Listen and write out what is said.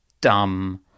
dumb